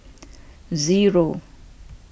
zero